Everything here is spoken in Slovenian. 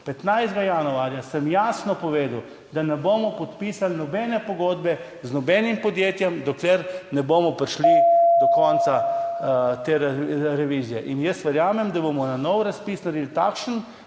15. januarja sem jasno povedal, da ne bomo podpisali nobene pogodbe z nobenim podjetjem, dokler ne bomo prišli do konca te revizije. Verjamem, da bomo nov razpis naredili takšen,